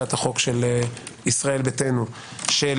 בהצעת החוק של ישראל ביתנו של